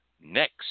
next